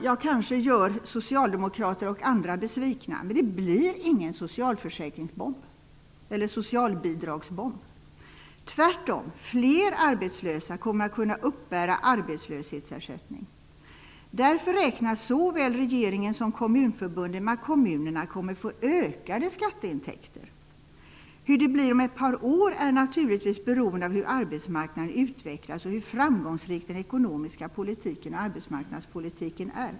Jag kanske gör socialdemokrater och andra besvikna, men det blir ingen Tvärtom kommer fler arbetslösa att kunna uppbära arbetslöshetsersättning. Därför räknar såväl regeringen som Kommunförbundet med att kommunerna kommer att få ökade skatteintäkter. Hur det blir om ett par år är naturligtvis beroende av hur arbetsmarknaden utvecklas och hur framgångsrik den ekonomiska politiken och arbetsmarknadspolitiken är.